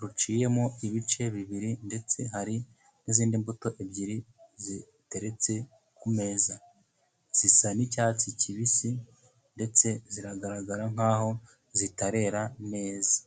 ruciyemo ibice bibiri, ndetse hari n'izindi mbuto ebyiri ziteretse ku meza zisa n'icyatsi kibisi, ndetse ziragaragara nkaho zitarera neza.